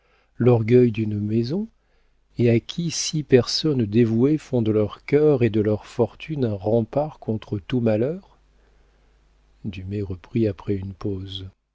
l'orgueil d'une maison et à qui six personnes dévouées font de leurs cœurs et de leurs fortunes un rempart contre tout malheur dumay reprit après une pause